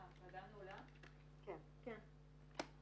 הישיבה ננעלה בשעה 10:26.